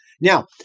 Now